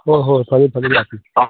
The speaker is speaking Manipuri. ꯍꯣꯏ ꯍꯣꯏ ꯐꯅꯤ ꯐꯅꯤ ꯂꯥꯛꯄꯤꯌꯨ